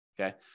Okay